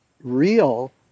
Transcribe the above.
real